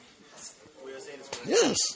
Yes